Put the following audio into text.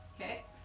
Okay